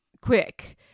quick